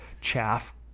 chaff